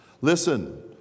Listen